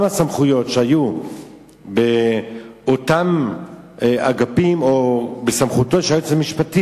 הסמכויות שהיו באותם אגפים או בסמכותו של היועץ המשפטי